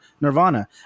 nirvana